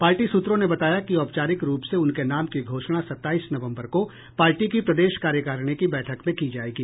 party सूत्रों ने बताया कि औपचारिक रूप से उनके नाम की घोषणा सताईस नवम्बर को पार्टी की प्रदेश कार्यकारिणी की बैठक में की जायेगी